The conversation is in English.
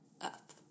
up